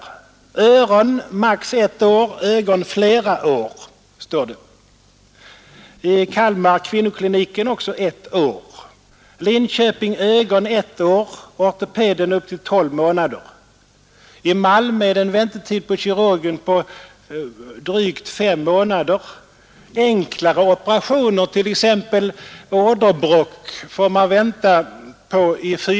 På öronavdelningen är väntetiden maximalt 1 år och på ögon flera år. På kvinnokliniken i Kalmar är väntetiden också 1 år. I Linköping är den på ögonavdelningen 1 år och på ortopeden upp till I år. I Malmö är det en väntetid på kirurgen av drygt 5 månader. Enklare operationer, t.ex. åderbråck, får man vänta på 4—5 år.